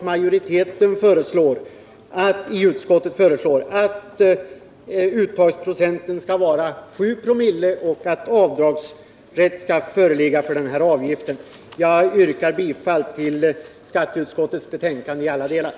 Därför föreslår utskottsmajoriteten att uttagsprocenten skall vara 7 ?/oo och att avdragsrätt skall föreligga för avgiften. Jag yrkar bifall till vad skatteutskottet hemställt.